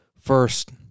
first